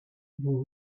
vous